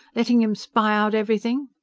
letting him spy out everything?